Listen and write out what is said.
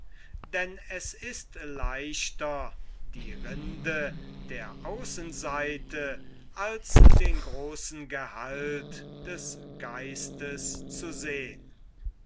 denn es ist leichter die rinde der außenseite als den großen gehalt des geistes zu sehn